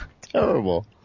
Terrible